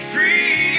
Free